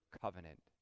covenant